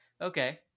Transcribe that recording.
Okay